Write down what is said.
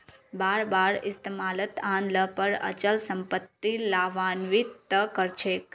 बार बार इस्तमालत आन ल पर अचल सम्पत्ति लाभान्वित त कर छेक